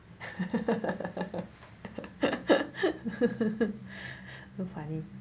very funny